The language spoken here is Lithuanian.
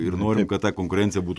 ir norim kad ta konkurencija būtų